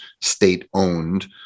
state-owned